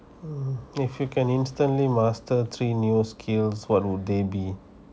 hmm if you can instantly master three new skills what would they be